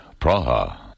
Praha